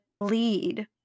lead